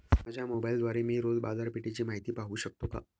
माझ्या मोबाइलद्वारे मी रोज बाजारपेठेची माहिती पाहू शकतो का?